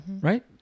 right